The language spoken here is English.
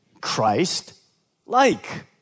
Christ-like